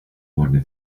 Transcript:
one